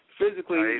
physically